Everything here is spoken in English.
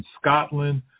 Scotland